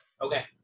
Okay